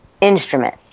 instrument